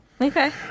Okay